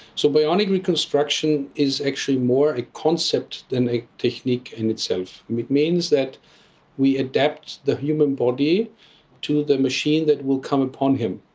so bionic reconstruction is actually more a concept than a technique in itself. it means that we adapt the human body to the machine that will come upon him.